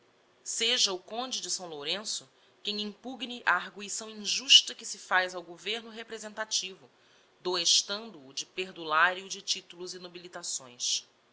seja o conde de s lourenço quem impugne a arguição injusta que se faz ao governo representativo doestando o de perdulario de titulos e nobilitações